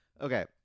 Okay